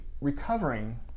recovering